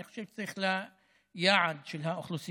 אני חושב שהיעד צריך להיות כמו האוכלוסייה,